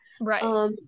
Right